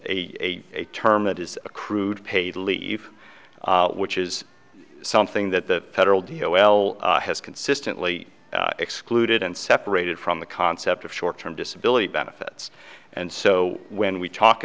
term that is a crude paid leave which is something that the federal d o l has consistently excluded and separated from the concept of short term disability benefits and so when we talk